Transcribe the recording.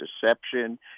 deception